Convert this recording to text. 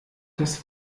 das